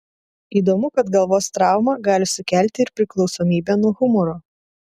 įdomu kad galvos trauma gali sukelti ir priklausomybę nuo humoro